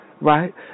right